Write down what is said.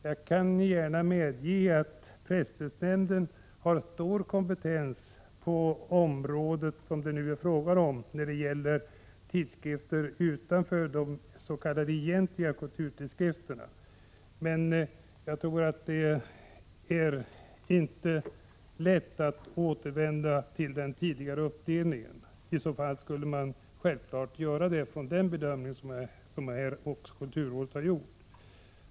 Jag kan gärna medge att presstödsnämnden har stor kompetens på det område som det är fråga om, nämligen tidskrifter utanför de s.k. egentliga kulturtidskrifterna, men jag tror att det inte är lätt att återvända till den tidigare uppdelningen. I annat fall skulle man självfallet göra det från den utgångspunkt som kulturrådets bedömning utgör.